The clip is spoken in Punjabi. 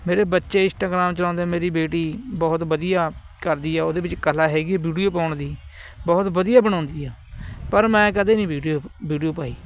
ਮੇਰੇ ਬੱਚੇ ਇੰਸਟਾਗ੍ਰਾਮ ਚਲਾਉਂਦੇ ਮੇਰੀ ਬੇਟੀ ਬਹੁਤ ਵਧੀਆ ਕਰਦੀ ਆ ਉਹਦੇ ਵਿੱਚ ਕਲਾ ਹੈਗੀ ਵੀਡੀਓ ਪਾਉਣ ਦੀ ਬਹੁਤ ਵਧੀਆ ਬਣਾਉਂਦੀ ਆ ਪਰ ਮੈਂ ਕਦੇ ਨਹੀਂ ਵੀਡੀਓ ਵੀਡੀਓ ਪਾਈ